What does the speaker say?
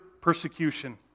persecution